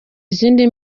izindi